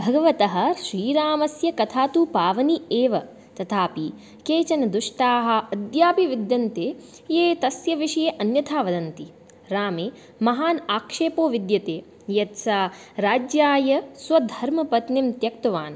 भगवतः श्रीरामस्य कथा तु पावनि एव तथापि केचन दुष्टाः अद्यापि विद्यन्ते ये तस्य विषये अन्यथा वदन्ति रामे महान् आक्षेपो विद्यते यत् सः राज्याय स्वधर्मपत्नीं त्यक्तवान्